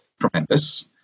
tremendous